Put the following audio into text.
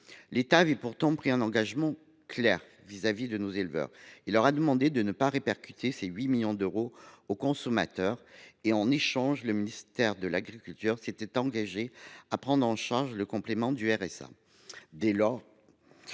L’État avait pourtant pris un engagement clair vis à vis de nos éleveurs : il leur a demandé de ne pas répercuter ces 8 millions d’euros sur les consommateurs. En échange, le ministère de l’agriculture s’était engagé à prendre en charge le complément du RSA,